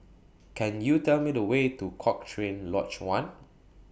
Can YOU Tell Me The Way to Cochrane Lodge one